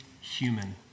human